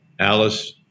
Alice